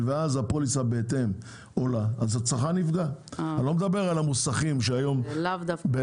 נצטרך הארכה, כי